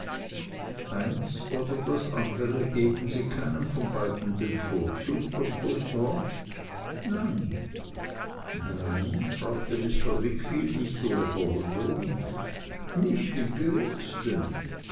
eins oder das andere geben sie keinem von beiden den vorzug doktor strong nein nein fragte mr wickfield nicht ohne verwunderung nicht im geringsten